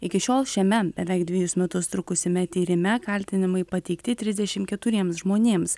iki šiol šiame beveik dvejus metus trukusiame tyrime kaltinimai pateikti trisdešimt keturiems žmonėms